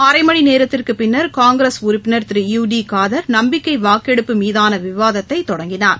அரை மணி நேரத்திற்குப் பின்னர் காங்கிரஸ் உறுப்பினர் திரு யு டி காதர் நம்பிக்கை வாக்கெடுப்பு மீதான விவாதத்தை தொடங்கினார்